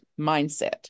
mindset